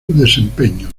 desempeño